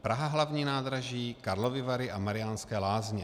Praha hlavní nádraží, Karlovy Vary a Mariánské Lázně.